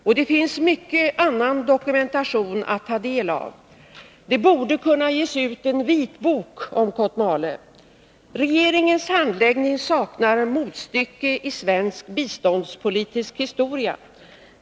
Och det finns mycket annan dokumentation att ta del av. Det borde kunna ges ut en vitbok om Kotmale. Regeringens handläggning saknar motstycke i svensk biståndspolitisk historia.